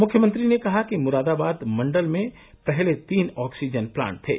मुख्यमंत्री ने कहा कि मुरादाबाद मण्डल में पहले तीन ऑक्सीजन प्लांट थे